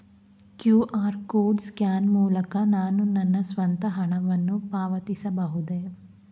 QR code scan ಮೂಲಕ ನಾನು ನನ್ನ ಸ್ವಂತ ಹಣವನ್ನು ಪಾವತಿಸಬಹುದೇ?